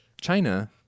China